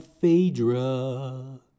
Phaedra